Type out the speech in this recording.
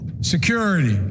Security